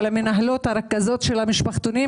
למנהלות ולרכזות של המשפחתונים.